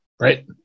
Right